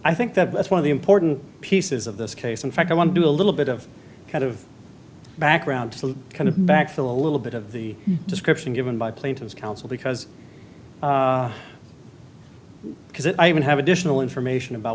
i think that that's one of the important pieces of this case in fact i want to do a little bit of kind of background to kind of back fill a little bit of the description given by plato's counsel because because i even have additional information about